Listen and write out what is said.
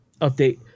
update